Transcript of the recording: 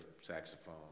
saxophone